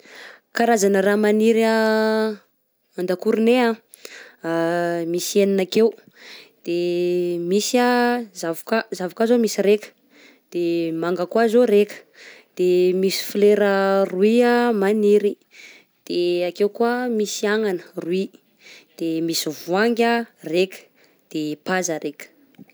Karazana raha magniry an- an-dakoronay a: misy enina akeo, de misy a zavôka, zavôka zao misy raika, de manga koa zô raika, de misy flera roy a maniry de ake koa misy agnana roy de misy voangy a raika de paza raika.